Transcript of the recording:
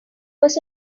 was